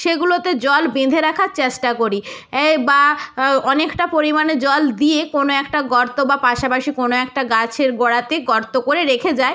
সেগুলোতে জল বেঁধে রাখার চেষ্টা করি এ বা অনেকটা পরিমাণে জল দিয়ে কোনো একটা গর্ত বা পাশাপাশি কোনো একটা গাছের গোড়াতে গর্ত করে রেখে যাই